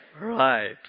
Right